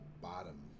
bottom